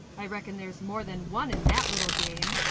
i reckon there's more than one in that little game.